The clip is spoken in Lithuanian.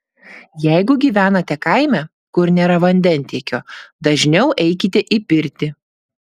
jeigu gyvenate kaime kur nėra vandentiekio dažniau eikite į pirtį